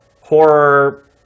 horror